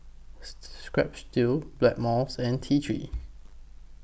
Strepsils Blackmores and T three